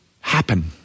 happen